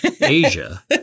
Asia